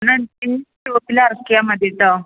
എന്നാൽ നെക്സ്റ്റ് സ്റ്റോപ്പിലെറക്കിയാൽ മതീട്ടൊ